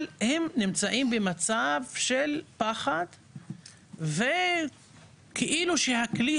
אבל הם נמצאים במצב של פחד וכאילו שהכלי